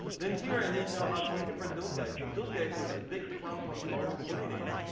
then here, i didn't know how to interpret those guys. but those guys, there's a big clump of large coordinates,